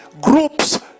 groups